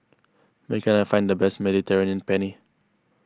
where can I find the best Mediterranean Penne